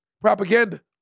propaganda